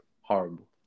Horrible